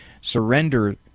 surrender